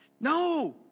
no